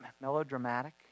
melodramatic